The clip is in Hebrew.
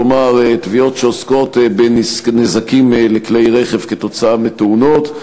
כלומר תביעות שעוסקות בנזקים לכלי-רכב כתוצאה מתאונות,